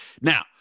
now